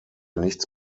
nichts